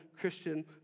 Christian